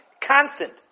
constant